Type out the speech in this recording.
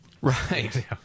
Right